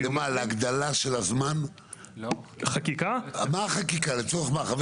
ובואו נבחן בבקשה ביחד מה השלבים.